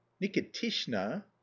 nikitishna